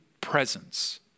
presence